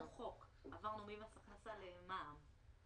עברנו חוק, עברנו ממס הכנסה למע"מ.